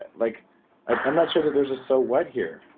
but like i'm not sure that there's so what here.